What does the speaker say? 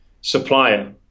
supplier